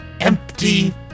empty